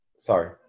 Sorry